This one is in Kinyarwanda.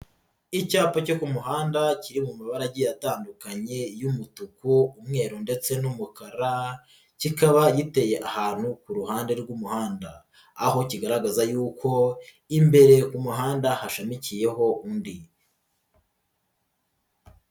Icyapa cyo ku muhanda kiri mu mabara agiye atandukanye y'umutuku, umweru ndetse n'umukara kikaba giteye ahantu ku ruhande rw'umuhanda, aho kigaragaza yuko imbere ku muhanda hashamikiyeho undi.